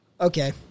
Okay